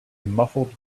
muffled